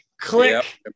Click